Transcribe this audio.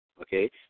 okay